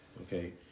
Okay